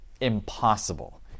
impossible